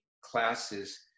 classes